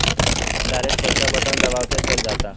direct पईसा button दबावते चल जाता